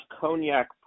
cognac